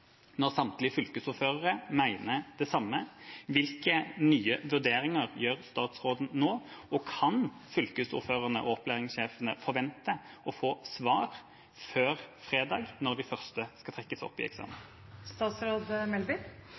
når samtlige fylkesordførere mener det samme – hvilke nye vurderinger gjør statsråden nå, og kan fylkesordførerne og opplæringssjefene forvente å få svar før fredag, når de første skal trekkes ut til eksamen?